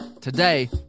today